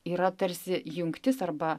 yra tarsi jungtis arba